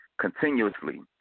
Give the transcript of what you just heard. Continuously